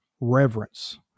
reverence